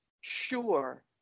sure